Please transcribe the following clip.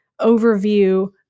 overview